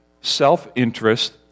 self-interest